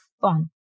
fun